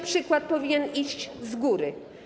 Przykład powinien iść z góry.